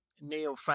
neo